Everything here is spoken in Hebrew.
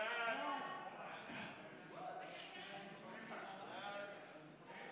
חוק לקידום הבנייה במתחמים מועדפים לדיור